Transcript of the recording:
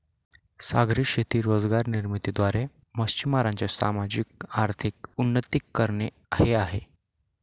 सागरी शेती रोजगार निर्मिती द्वारे, मच्छीमारांचे सामाजिक, आर्थिक उन्नती करणे हे आहे